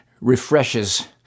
refreshes